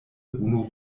unu